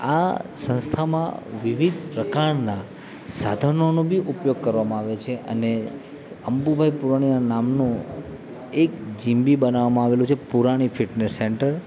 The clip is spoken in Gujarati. આ સંસ્થામાં વિવિધ પ્રકારના સાધનોનો બી ઉપયોગ કરવામાં આવે છે અને અંબુભાઇ પુરાણીના નામનું એક જીમ બી બનાવામાં આવેલું છે પુરાણી ફિટનેસ સેન્ટર